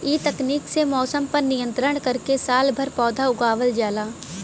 इ तकनीक से मौसम पर नियंत्रण करके सालभर पौधा उगावल जाला